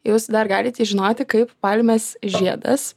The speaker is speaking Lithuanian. jūs dar galit jį žinoti kaip palmės žiedas